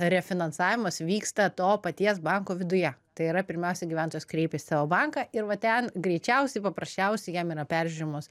refinansavimas vyksta to paties banko viduje tai yra pirmiausia gyventojas kreipias į savo banką ir va ten greičiausiai paprasčiausiai jam yra peržiūrimos